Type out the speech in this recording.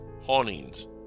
hauntings